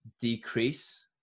decrease